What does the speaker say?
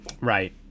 Right